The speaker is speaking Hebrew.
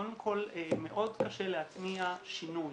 קודם כל מאוד קשה להתניע שינוי.